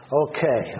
okay